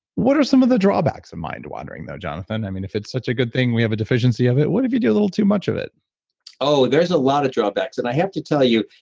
what are some of the drawbacks of mind-wandering though, jonathan? i mean, if it's such a good thing, we have a deficiency of it. what if you do a little too much of it oh, there's a lot of drawbacks, and i have to tell you,